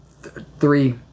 three